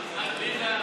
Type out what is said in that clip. נא לשבת.